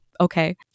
okay